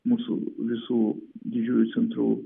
mūsų visų didžiųjų centrų